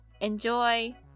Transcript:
enjoy